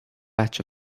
batch